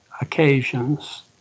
occasions